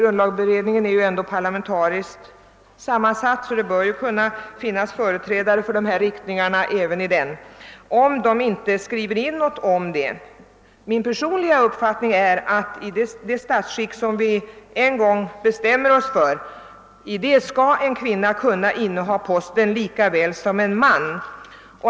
Grundlagberedningen är ju ändå parlamentariskt sammansatt, och det bör därför kunna finnas företrädare för reservanternas mening även där. Min personliga uppfattning är att en kvinna i det statsskick som vi en gång bestämmer oss för skall kunna inneha posten som statschef lika väl som en man.